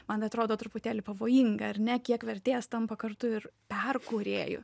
man atrodo truputėlį pavojinga ar ne kiek vertėjas tampa kartu ir perkūrėju